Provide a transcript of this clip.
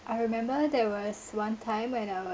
I remember there was one time when I was